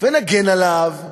ונגן עליו,